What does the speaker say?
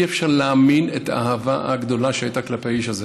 אי-אפשר להאמין איזו אהבה גדולה הייתה כלפי האיש הזה.